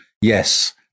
Yes